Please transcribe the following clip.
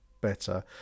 better